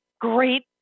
great